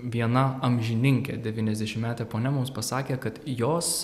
viena amžininkė devyniasdešimmetė ponia mums pasakė kad jos